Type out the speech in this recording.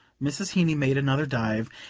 mrs. heeny made another dive,